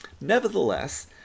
Nevertheless